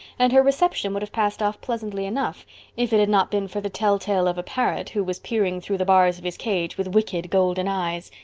and her reception would have passed off pleasantly enough if it had not been for the telltale of a parrot who was peering through the bars of his cage with wicked golden eyes.